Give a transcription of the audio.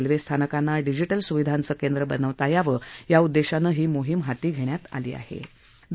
railway स्थानंकांना digital सुविधांच केंद्र बनवता यावं या उद्देशानं ही मोहीम हाती घेतली होती